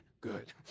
good